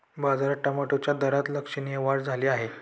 बाजारात टोमॅटोच्या दरात लक्षणीय वाढ झाली आहे